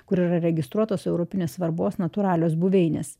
kur yra registruotos europinės svarbos natūralios buveinės